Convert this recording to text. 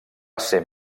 ser